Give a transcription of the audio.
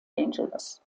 angeles